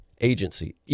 agency